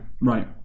Right